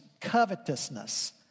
covetousness